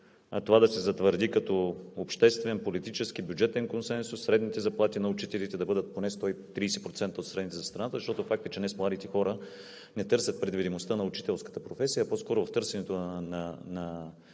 това да се затвърди като обществен политически и бюджетен консенсус средните заплати на учителите да бъдат поне 130% от средните за страната, защото е факт, че днес младите хора не търсят предвидимостта на учителската професия, а по-скоро в търсенето на